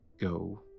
go